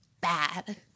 bad